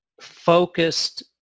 focused